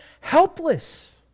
helpless